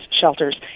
shelters